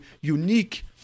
unique